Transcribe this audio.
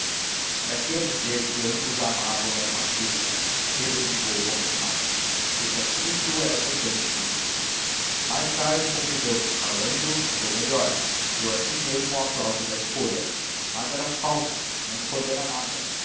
daqui a dizer que ambos a amavam era uma vírgula pedro pingou o ponto final esse astuto era também tímido mais tarde compreendeu que calando andou melhor e deu a si mesmo o aplauso da escolha mas era falso não escolhera nada